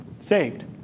saved